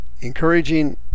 encouraging